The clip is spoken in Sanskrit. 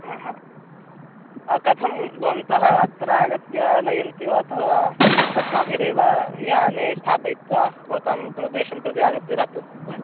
आहा कथं भवन्तः अत्र आगत्य नयन्ति वा अथवा अस्माभिरेव याने स्थापयित्वा भवतां प्रदेशं प्रति आगत्य दातव्यं वा